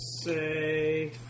say